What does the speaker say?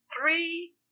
three